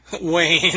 Wayne